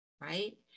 right